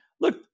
look